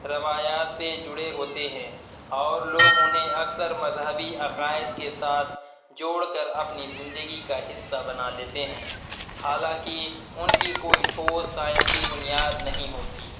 روایات سے جڑے ہوتے ہیں اور لوگ انہیں اکثر مذہبی عقائد کے ساتھ جوڑ کر اپنی زندگی کا حصہ بنا لیتے ہیں حالانکہ ان کی کوئی ٹھوس سائنسی بنیاد نہیں ہوتی